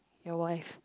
your wife